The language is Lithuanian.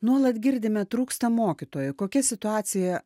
nuolat girdime trūksta mokytojų kokia situacija